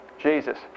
Jesus